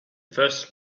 first